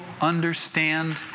understand